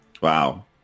Wow